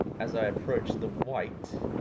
as i approach the white,